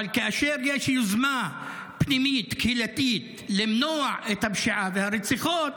אבל כאשר יש יוזמה פנימית קהילתית למנוע את הפשיעה והרציחות,